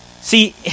See